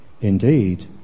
Indeed